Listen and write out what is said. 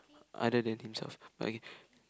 other than himself but again